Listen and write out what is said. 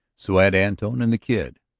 so had antone and the kid.